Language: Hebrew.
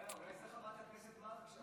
אולי זאת חברת הכנסת מארק שאמרה?